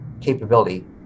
capability